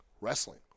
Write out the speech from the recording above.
wrestling